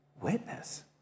witness